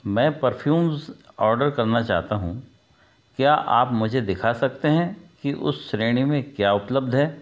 मैं perfumes order करना चाहता हूँ क्या आप मुझे दिखा सकते हैं कि उस श्रेणी में क्या उपलब्ध है